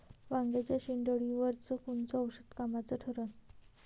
वांग्याच्या शेंडेअळीवर कोनचं औषध कामाचं ठरन?